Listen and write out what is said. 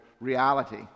reality